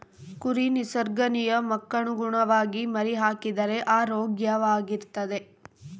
ಕುರಿ ನಿಸರ್ಗ ನಿಯಮಕ್ಕನುಗುಣವಾಗಿ ಮರಿಹಾಕಿದರೆ ಆರೋಗ್ಯವಾಗಿರ್ತವೆ